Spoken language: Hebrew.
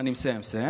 אני מסיים.